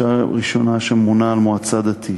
אישה ראשונה שממונה על מועצה דתית,